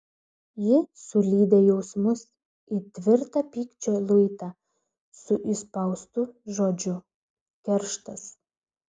ji sulydė jausmus į tvirtą pykčio luitą su įspaustu žodžiu kerštas